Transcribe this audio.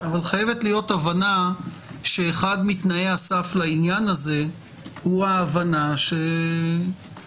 אבל חייבת להיות הבנה שאחד מתנאי הסף לעניין הזה הוא ההבנה שעומס